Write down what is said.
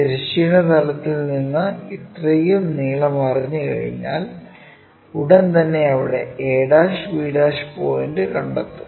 തിരശ്ചീന തലത്തിൽ നിന്ന് ഇത്രയും നീളം അറിഞ്ഞുകഴിഞ്ഞാൽ ഉടൻ തന്നെ അവിടെ a b പോയിന്റ് കണ്ടെത്തും